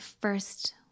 first